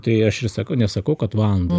tai aš ir sakau nesakau kad vando